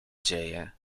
dzieje